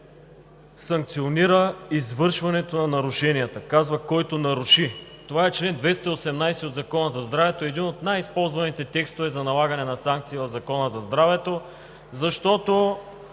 санкционира извършването на нарушенията, той казва: „който наруши“. Това е чл. 218 от Закона за здравето – един от най-използваните текстове за налагане на санкции по Закона за здравето, защото